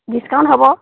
discount হ'ব